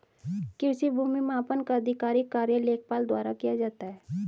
कृषि भूमि मापन का आधिकारिक कार्य लेखपाल द्वारा किया जाता है